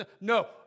No